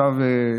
שאנחנו,